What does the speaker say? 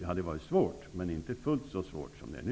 Det hade varit svårt, men inte fullt så svårt som det är nu.